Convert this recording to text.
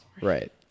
Right